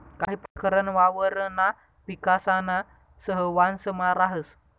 काही प्रकरण वावरणा पिकासाना सहवांसमा राहस